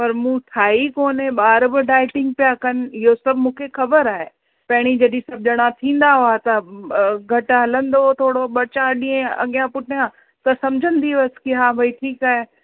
पर मूं ठाही कोन्हे ॿार बि डाईंटिंग पिया कनि इहो सभु मूंखे ख़बरु आहे पहिरीं जॾहिं सभु ॼणा थींदा हुआ त घटि हलंदो हो थोरो ॿ चार ॾींहं अॻियां पुठियां त सम्झंदी हुअसि की हा भई ठीकु आहे